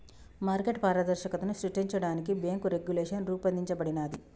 market పారదర్శకతను సృష్టించడానికి bank regulation రూపొందించబడినాది